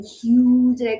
huge